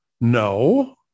No